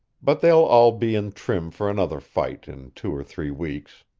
but they'll all be in trim for another fight in two or three weeks.